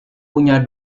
punya